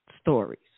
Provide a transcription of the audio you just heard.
stories